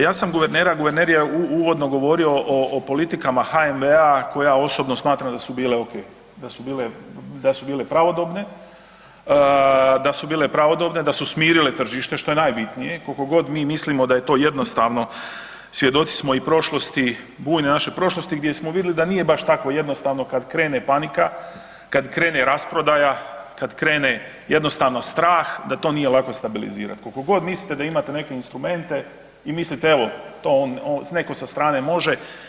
Ja sam guvernera, guverner je uvodno govorio o, o politikama HNB-a koje ja osobno smatram da su bile okej, da su bile, da su bile pravodobne, da su bile pravodobne, da su smirile tržište, što je najbitnije, kolko god mi mislimo da je to jednostavno, svjedoci smo i prošlosti, bujne naše prošlosti gdje smo vidjeli da nije baš tako jednostavno kad krene panika, kad krene rasprodaja, kad krene jednostavno strah, da to nije lako stabilizirat, kolko god mislite da imate neke instrumente i mislite evo to neko sa strane može.